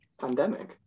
pandemic